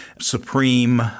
supreme